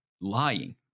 lying